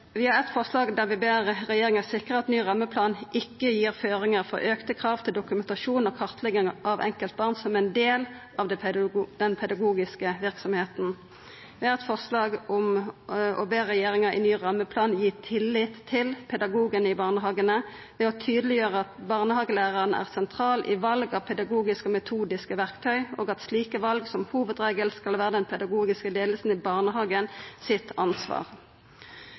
Vi har eit forslag der vi ber regjeringa sikra at ny rammeplan ikkje gir føringar for auka krav til dokumentasjon og kartlegging av enkeltbarn som ein del av den pedagogiske verksemda. Vi har eit forslag om å be regjeringa i ny rammeplan gi tillit til pedagogane i barnehagane ved å tydeleggjera at barnehagelærarane er sentrale i val av pedagogiske og metodiske verktøy, og at slike val som hovudregel skal vera den pedagogiske leiinga i barnehagen sitt ansvar.